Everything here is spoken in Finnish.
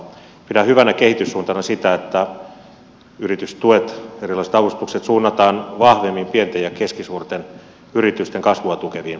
pidän hyvänä kehityssuuntana sitä että yritystuet ja erilaiset avustukset suunnataan vahvemmin pienten ja keskisuurten yritysten kasvua tukeviin hankkeisiin